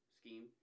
scheme